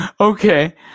Okay